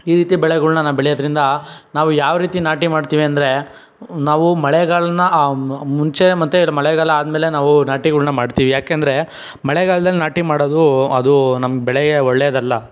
ಈ ರೀತಿ ಬೆಳೆಗಳನ್ನು ನಾವು ಬೆಳೆಯೋದ್ರಿಂದ ನಾವು ಯಾವ ರೀತಿ ನಾಟಿ ಮಾಡ್ತೀವಿ ಅಂದರೆ ನಾವು ಮಳೆಗಾಲನ ಮುಂಚೆ ಮತ್ತೆ ಇದು ಮಳೆಗಾಲ ಆದಮೇಲೆ ನಾವು ನಾಟಿಗಳನ್ನ ಮಾಡ್ತೀವಿ ಏಕೆಂದ್ರೆ ಮಳೆಗಾಲ್ದಲ್ಲಿ ನಾಟಿ ಮಾಡೋದು ಅದು ನಮ್ಮ ಬೆಳೆಗೆ ಒಳ್ಳೇದಲ್ಲ